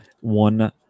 one